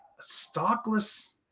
stockless